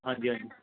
ਹਾਂਜੀ ਹਾਂਜੀ